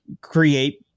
create